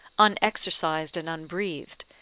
unexercised and unbreathed,